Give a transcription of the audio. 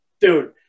dude